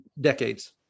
decades